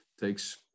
takes